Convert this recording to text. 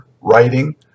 writing